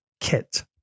kit